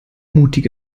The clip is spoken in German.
mutige